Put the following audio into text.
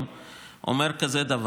אומר דבר כזה,